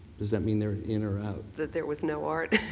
does that mean they're in or out? that there was no art